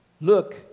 Look